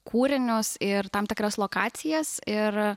kūrinius ir tam tikras lokacijas ir